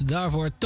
Daarvoor